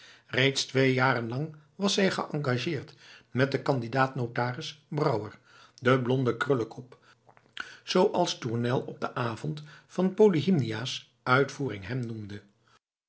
reeds twee jaren lang was zij geëngageerd met den candidaat notaris brouwer den blonden krullebol zooals tournel op den avond van polyhymnia's uitvoering hem noemde